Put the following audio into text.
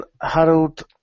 Harold